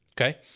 Okay